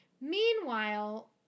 Meanwhile